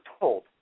told